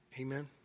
Amen